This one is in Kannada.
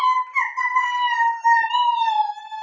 ಕಾಯಿತಮಾಟಿಗ ತುಂತುರ್ ನೇರ್ ಹರಿಸೋದು ಛಲೋ ಏನ್ರಿ?